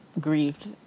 grieved